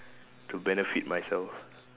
to benefit myself